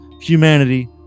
humanity